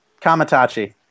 Kamatachi